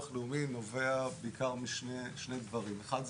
הלאומי נובע בעיקר משני דברים; האחד,